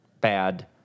bad